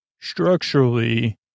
structurally